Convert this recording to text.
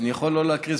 אני יכול שלא להקריא.